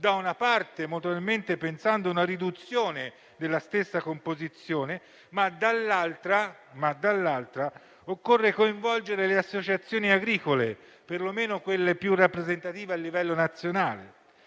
da una parte pensando a una riduzione della stessa composizione, ma dall'altra coinvolgendo le associazioni agricole (perlomeno quelle più rappresentative a livello nazionale.